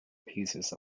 pieces